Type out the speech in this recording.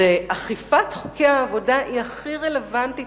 ואכיפת חוקי העבודה היא הכי רלוונטית,